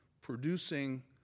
producing